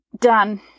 Done